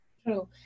True